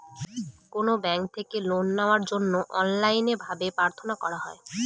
কোনো ব্যাঙ্ক থেকে লোন নেওয়ার জন্য অনলাইনে ভাবে প্রার্থনা করা হয়